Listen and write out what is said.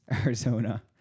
Arizona